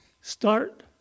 start